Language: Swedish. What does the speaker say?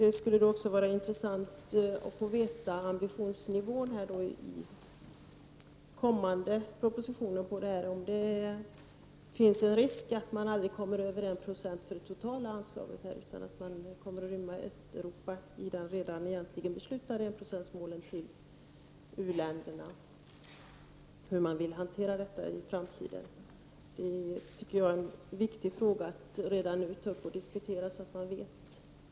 Det skulle också vara intressant att få veta vilken ambitionsnivå det är i den kommande propositionen — om det finns en risk för att man aldrig kommer över 1 Yo för det totala anslaget, om Östeuropa kommer att inrymmas i det redan beslutade enprocentsmålet för u-länderna. Hur vill man hantera detta i framtiden? Det är viktigt, tycker jag, att redan nu ta upp och diskutera den frågan.